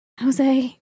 Jose